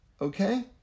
Okay